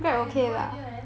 I have no idea man